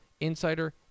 Insider